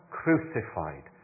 crucified